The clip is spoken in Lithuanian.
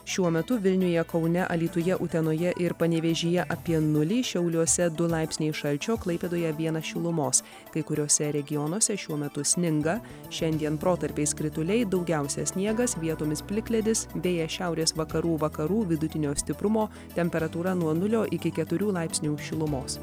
šiuo metu vilniuje kaune alytuje utenoje ir panevėžyje apie nulį šiauliuose du laipsniai šalčio klaipėdoje vienas šilumos kai kuriuose regionuose šiuo metu sninga šiandien protarpiais krituliai daugiausiai sniegas vietomis plikledis beje šiaurės vakarų vakarų vidutinio stiprumo temperatūra nuo nulio iki keturių laipsnių šilumos